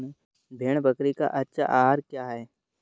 भेड़ बकरी का अच्छा आहार क्या है?